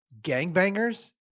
gangbangers